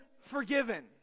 forgiven